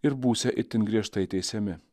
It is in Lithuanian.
ir būsią itin griežtai teisiami